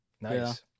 Nice